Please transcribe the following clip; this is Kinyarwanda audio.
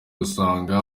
usanga